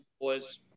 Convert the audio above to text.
boys